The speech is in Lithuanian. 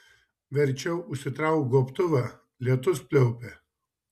verčiau užsitrauk gobtuvą lietus pliaupia